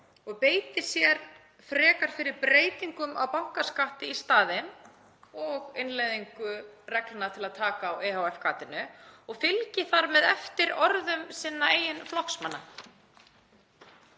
beiti sér frekar fyrir breytingum á bankaskatti í staðinn og innleiðingu reglna til að taka á ehf.-gatinu og fylgi þar með eftir orðum sinna eigin flokksmanna?